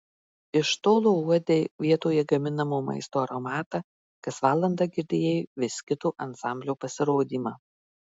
iš tolo uodei vietoje gaminamo maisto aromatą kas valandą girdėjai vis kito ansamblio pasirodymą